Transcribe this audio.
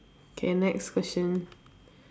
K next question